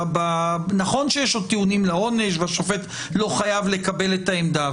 נכון שיש עוד טיעונים לעונש והשופט לא חייב לקבל את העמדה,